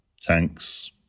tanks